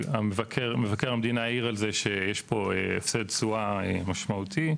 מבקר המדינה העיר על זה שיש פה הפסד תשואה משמעותי.